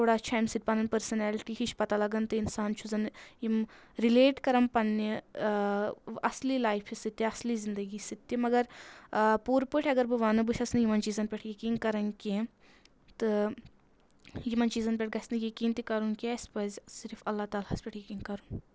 تھوڑا چھُ امہِ سۭتۍ پَنُن پٔرسنیلٹی ہِش پتہ لَگان تہٕ اِنسان چھُ زَن یِم رِلَیٹ کرَان پننہِ اَصلی لایفہِ سۭتۍ تہِ اَصلی زِندَگی سۭتۍ تہِ مگر پوٗرٕ پٲٹھۍ اگر بہٕ ونہٕ بہٕ چَھس نہٕ یِمن چیٖزن پؠٹھ یَقیٖن کرَان کینٛہہ تہٕ یِمن چیٖزن پؠٹھ گژھِ نہٕ یَقیٖن تہِ کَرُن کینٛہہ اَسہِ پَزِ صرف اللہ تعالیٰ ہَس پؠٹھ یَقیٖن کَرُن